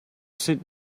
sit